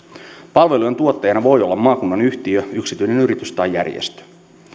palvelujen tuottajana voi olla maakunnan yhtiö yksityinen yritys tai järjestö